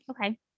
okay